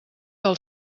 del